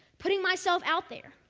putting myself out there,